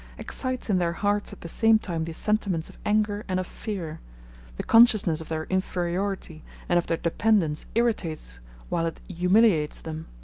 excites in their hearts at the same time the sentiments of anger and of fear the consciousness of their inferiority and of their dependence irritates while it humiliates them.